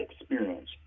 experience